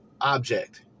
object